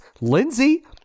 Lindsay